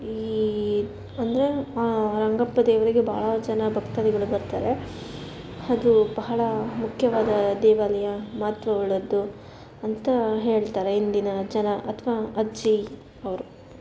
ಈ ಅಂದರೆ ರಂಗಪ್ಪ ದೇವರಿಗೆ ಭಾಳ ಜನ ಭಕ್ತಾದಿಗಳು ಬರ್ತಾರೆ ಅದು ಬಹಳ ಮುಖ್ಯವಾದ ದೇವಾಲಯ ಮಹತ್ವವುಳ್ಳದ್ದು ಅಂತ ಹೇಳ್ತಾರೆ ಹಿಂದಿನ ಜನ ಅಥವಾ ಅಜ್ಜಿ ಅವರು